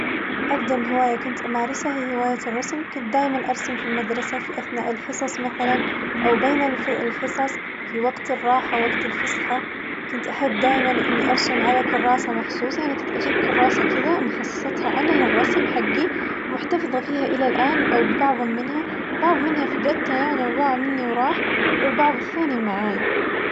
أقدم هواية كنت أمارسها هي هواية الرسم كنت دايماً أرسم في المدرسة في أثناء الحصص مثلاً، او بين الف- الحصص في وقت الراحة وقت الفسحة، كنت أحب دايماً إني أرسم على كراسة مخصوص يعني كنت أجيب كراسة كذا مخصصتها أنا للرسم حقي ومحتفظة فيها إلى الآن أو ببعظ منها، بعظ منها فقدته يعني ضاع مني وراح، والبعض الثاني معاي.